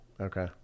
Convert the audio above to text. Okay